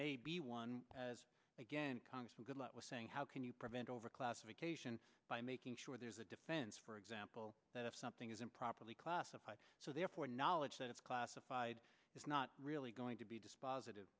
may be one as again congressman goodlatte was saying how can you prevent overclassification by making sure there's a defense for example that if something is improperly classified so therefore knowledge that it's classified it's not really going to be dispositive